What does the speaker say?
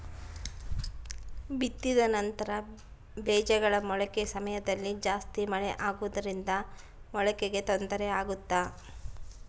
ಬಿತ್ತಿದ ನಂತರ ಬೇಜಗಳ ಮೊಳಕೆ ಸಮಯದಲ್ಲಿ ಜಾಸ್ತಿ ಮಳೆ ಆಗುವುದರಿಂದ ಮೊಳಕೆಗೆ ತೊಂದರೆ ಆಗುತ್ತಾ?